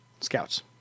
scouts